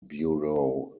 bureau